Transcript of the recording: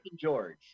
George